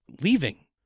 leaving